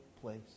place